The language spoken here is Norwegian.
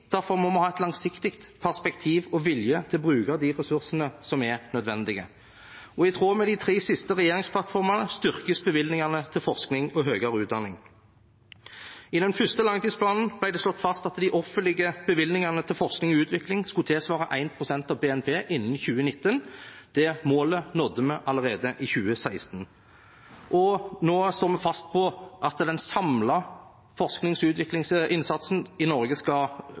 Derfor må vi ha et langsiktig perspektiv og vilje til å bruke de ressursene som er nødvendige. I tråd med de tre siste regjeringsplattformene styrkes bevilgningene til forskning og høyere utdanning. I den første langtidsplanen ble det slått fast at de offentlige bevilgningene til forskning og utvikling skulle tilsvare 1 pst. av BNP innen 2019. Det målet nådde vi allerede i 2016. Nå står vi fast på at den samlede forsknings- og utviklingsinnsatsen i Norge skal